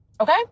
okay